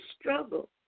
struggle